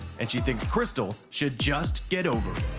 and she thinks crystal should just get over